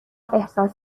احساس